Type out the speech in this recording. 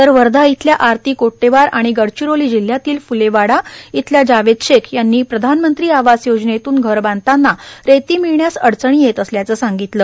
तर वर्धा इथल्या आरती कोट्टेवार आणि गडचिरोली जिल्ह्यातील फुलेवाडा इथल्या जावेद शेख यांनी प्रधानमंत्री आवास योजनेतून घर बांधताना रेती मिळण्यास अडचणी येत असल्याच सांगितलं